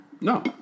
No